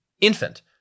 infant